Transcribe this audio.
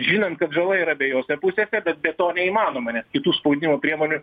žinant kad žala yra abejose pusėse bet be to neįmanoma nes kitų spaudimo priemonių